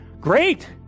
great